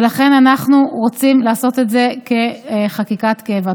ולכן אנחנו רוצים לעשות את זה כחקיקת קבע.